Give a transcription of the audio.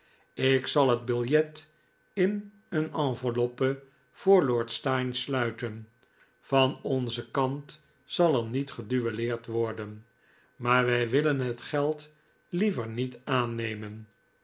ik zal het biljet in een enveloppe voor lord steyne sluiten van onzen kant zal er niet geduelleerd worden maar wij willen het geld liever niet aannemen